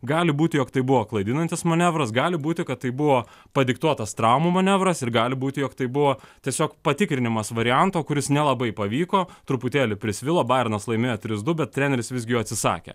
gali būti jog tai buvo klaidinantis manevras gali būti kad tai buvo padiktuotas traumų manevras ir gali būti jog tai buvo tiesiog patikrinimas varianto kuris nelabai pavyko truputėlį prisvilo bajernas laimėjo trys du bet treneris visgi jo atsisakė